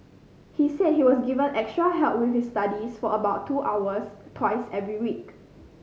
he said he was given extra help with his studies for about two hours twice every week